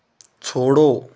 छोड़ो